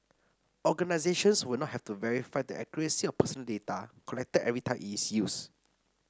organisations will not have to verify the accuracy of personal data collected every time it is used